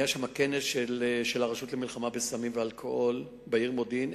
היה כנס של הרשות למלחמה בסמים ואלכוהול בעיר מודיעין.